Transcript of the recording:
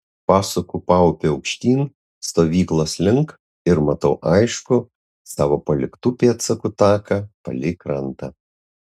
pasuku paupiu aukštyn stovyklos link ir matau aiškų savo paliktų pėdsakų taką palei krantą